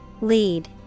Lead